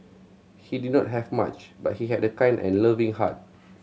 he did not have much but he had a kind and loving heart